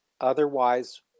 otherwise